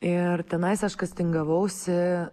ir tenais aš kastingavausi